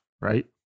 right